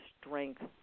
strength